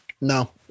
No